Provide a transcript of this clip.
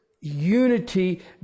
unity